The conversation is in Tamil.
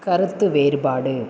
கருத்து வேறுபாடு